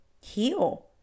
heal